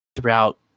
throughout